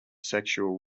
sexual